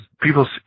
People